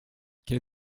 quai